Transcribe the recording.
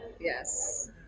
Yes